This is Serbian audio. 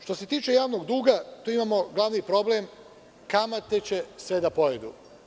Što se tiče javnog duga, tu imamo glavni problem – kamate će sve da pojedu.